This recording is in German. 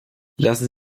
lassen